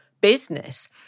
business